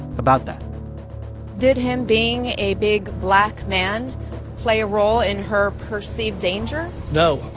about that did him being a big black man play a role in her perceived danger? no,